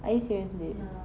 are you serious babe